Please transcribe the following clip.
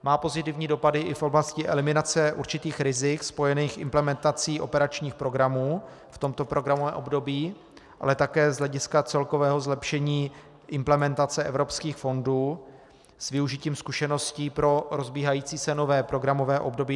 Má pozitivní dopady i v oblasti eliminace určitých rizik spojených s implementací operačních programů v tomto programovém období, ale také z hlediska celkového zlepšení implementace evropských fondů s využitím zkušeností pro rozbíhající se nové programové období 2014 až 2020.